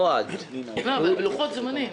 אבל לוחות זמנים.